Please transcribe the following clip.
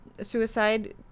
suicide